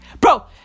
Bro